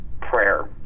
prayer